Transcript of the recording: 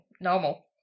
normal